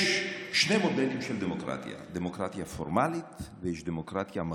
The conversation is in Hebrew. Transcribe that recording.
יש שני מודלים של דמוקרטיה: יש דמוקרטיה פורמלית ויש דמוקרטיה מהותית.